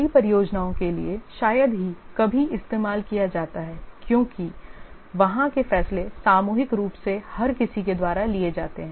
बड़ी परियोजनाओं के लिए शायद ही कभी इस्तेमाल किया जाता है क्योंकि वहां के फैसले सामूहिक रूप से हर किसी के द्वारा लिए जाते हैं